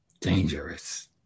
dangerous